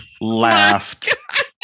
laughed